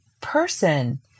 person